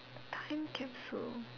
time capsule